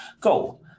go